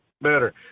better